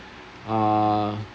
uh